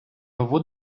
нову